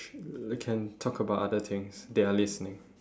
we can talk about other things they are listening